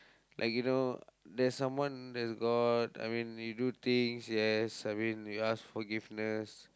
like you know there's someone there's god I mean you do things yes I mean you ask forgiveness